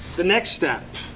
the next step,